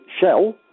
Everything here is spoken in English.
shell